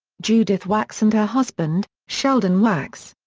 judith wax and her husband, sheldon wax.